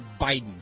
biden